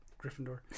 Gryffindor